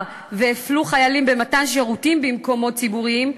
והפלו חיילים במתן שירותים במקומות ציבוריים,